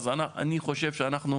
אנו צריכים